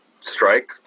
strike